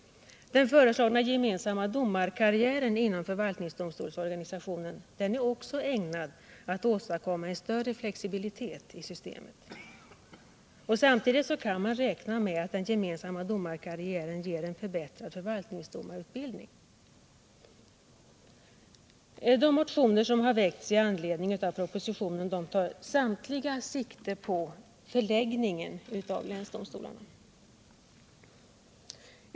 Den föreslagna gemensamma domarkarriären inom förvaltningsdomstolsorganisationen är också ägnad att åstadkomma en större flexibilitet i systemet. Samtidigt kan man räkna med att den gemensamma domarkarriären ger en förbättrad förvaltningsdomarutbildning. De motioner som har väckts i anledning av propositionen tar samtliga sikte på förläggningen av länsdomstolarna.